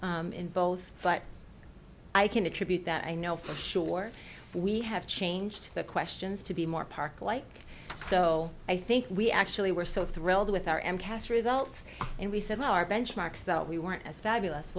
dip in both but i can attribute that i know for sure we have changed the questions to be more parklike so i think we actually were so thrilled with our m cas results and we said our benchmarks that we weren't as fabulous